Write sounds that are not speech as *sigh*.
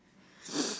*noise*